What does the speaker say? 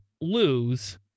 lose